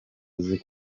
azi